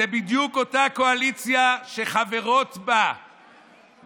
זו בדיוק אותה קואליציה שחברות בה הסגניות,